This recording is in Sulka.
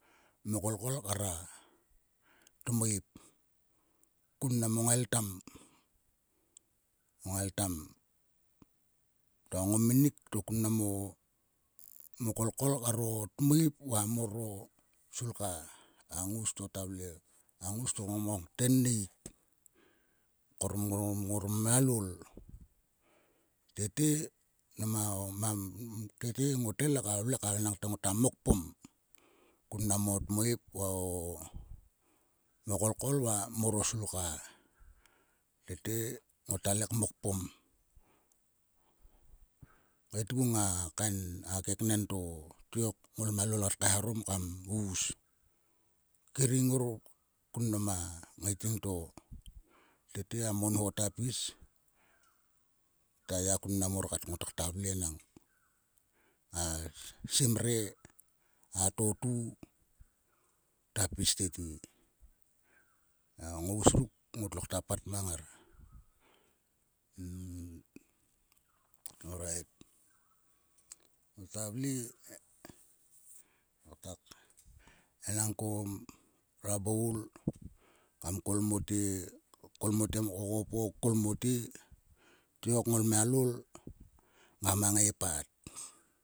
Mkol kol kar a tmoip. kun mnam a ngail tam. Ngail tam to a ngouminik to kun mnam o mkolkol kar o tmoip va mor o sulka. A ngous to ta vle. a ngous to tenik mkor ngolmialol. Tete mnam o mang tete ngotle ka vle enangte ngota mokpom kun o tmoip va o mkokol va mor o sulka. Tete ngotale kmokpom. Keitgung a kain keknen to tiok o ngolmialol ngat kaeharom kam us. Kering ngor kun mnam a ngaiting to tete a monho ta pis. Taya kun mnam mor kat ngotakta vle enang a simre. a totu ta pis tete. E a ngous ruk ngotlo kta pat mang ngar orait. Ngota vle ngota. enang ko rabaul kam kol mote kokopo kol mote. Tiok ngol mialol ngama ngai pat.